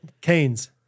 Canes